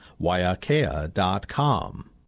Waiakea.com